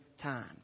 time